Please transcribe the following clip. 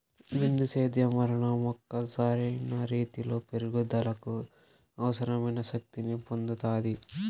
బిందు సేద్యం వలన మొక్క సరైన రీతీలో పెరుగుదలకు అవసరమైన శక్తి ని పొందుతాది